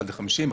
אחד לחמישים,